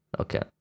Okay